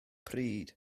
pryd